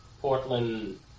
Portland